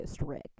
Rick